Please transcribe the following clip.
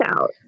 out